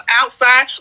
outside